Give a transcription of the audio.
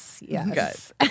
Yes